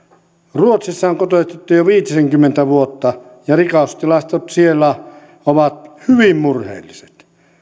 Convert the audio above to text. ruotsissa on kotoutettu jo viitisenkymmentä vuotta ja rikostilastot siellä ovat hyvin murheelliset